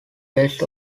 best